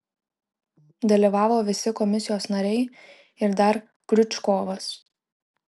dalyvavo visi komisijos nariai ir dar kriučkovas